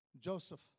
Joseph